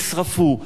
נשרפו,